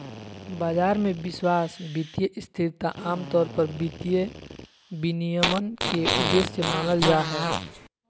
बाजार मे विश्वास, वित्तीय स्थिरता आमतौर पर वित्तीय विनियमन के उद्देश्य मानल जा हय